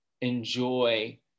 enjoy